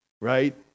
right